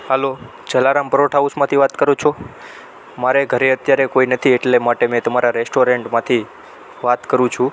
હાલો જલારામ પરોઠા હાઉસમાંથી વાત કરો છો મારે ઘરે અત્યારે કોઈ નથી એટલે માટે મેં તમારા રેસ્ટોરન્ટમાંથી વાત કરું છું